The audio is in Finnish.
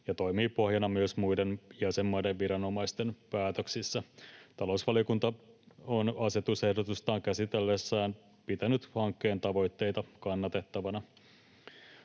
ja toimii pohjana myös muiden jäsenmaiden viranomaisten päätöksissä. Talousvaliokunta on asetusehdotusta käsitellessään pitänyt hankkeen tavoitteita kannatettavina.